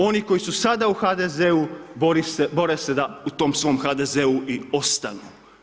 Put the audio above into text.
Oni koji su sada u HDZ-u bore se da u tom svom HDZ-u i ostanu.